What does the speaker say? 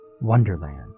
wonderland